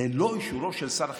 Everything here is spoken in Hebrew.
ללא אישורו של שר החינוך?